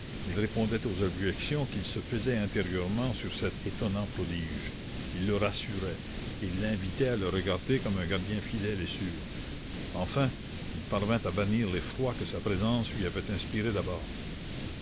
il répondait aux objections qu'il se faisait intérieurement sur cet étonnant prodige il le rassurait et l'invitait à le regarder comme un gardien fidèle et sûr enfin il parvint à bannir l'effroi que sa présence lui avait inspirée d'abord